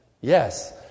Yes